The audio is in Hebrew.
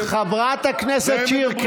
חברת הכנסת שיר.